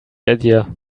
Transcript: idea